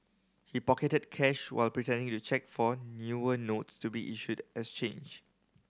he pocketed cash while pretending to check for newer notes to be issued as change